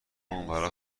اونورا